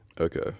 Okay